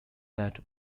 that